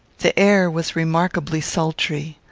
the air was remarkably sultry.